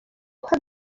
guha